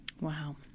Wow